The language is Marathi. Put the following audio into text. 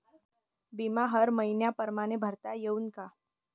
बिमा हर मइन्या परमाने भरता येऊन का?